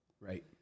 Right